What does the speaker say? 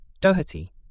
Doherty